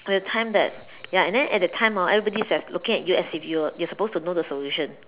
at that time that ya and then at that time orh everybody is looking at you as if you you are supposed to know the solution